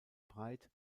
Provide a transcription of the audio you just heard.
breit